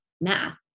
math